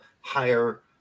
higher